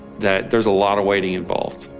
that there's a lot of waiting involved.